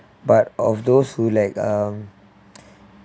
but of those who like um